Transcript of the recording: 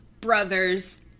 brothers